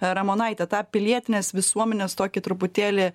ramonaite tą pilietinės visuomenės tokį truputėlį